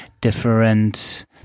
different